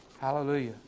Hallelujah